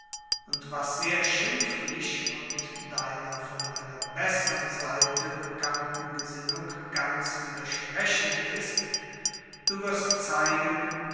und was sehr schimpflich und deiner von einer bessern seite bekannten gesinnung ganz widersprechend ist du wirst zeigen